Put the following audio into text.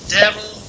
devil